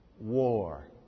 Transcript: War